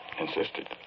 Insisted